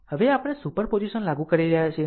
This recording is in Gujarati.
હવે આપણે સુપરપોઝિશન લાગુ કરી રહ્યા છીએ